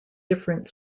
different